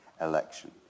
election